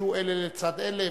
פלשו אלה לצד אלה,